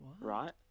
right